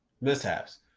mishaps